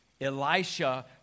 Elisha